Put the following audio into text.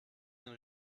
den